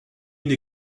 une